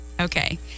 Okay